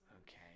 Okay